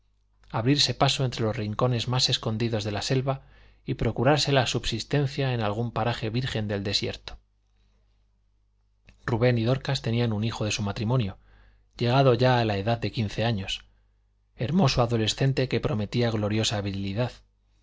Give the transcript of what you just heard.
abrirse paso entre los rincones más escondidos de la selva y procurarse la subsistencia en algún paraje virgen del desierto rubén y dorcas tenían un hijo de su matrimonio llegado ya a la edad de quince años hermoso adolescente que prometía gloriosa virilidad